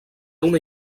una